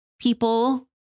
people